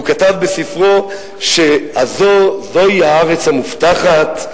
והוא כתב בספרו שזוהי הארץ המובטחת,